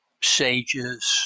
sages